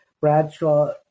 Bradshaw